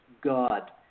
God